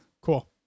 Cool